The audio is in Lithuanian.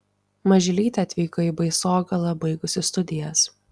mažylytė atvyko į baisogalą baigusi studijas